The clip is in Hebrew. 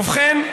ובכן,